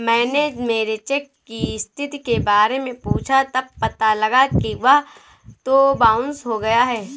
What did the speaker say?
मैंने मेरे चेक की स्थिति के बारे में पूछा तब पता लगा कि वह तो बाउंस हो गया है